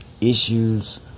issues